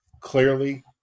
clearly